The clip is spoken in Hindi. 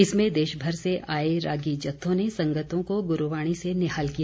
इसमें देशभर से आए रागी जत्थों ने संगतों को गुरूवाणी से निहाल किया